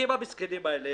המסכנים האלה